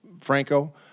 Franco